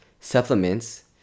supplements